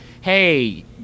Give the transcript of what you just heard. hey